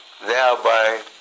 thereby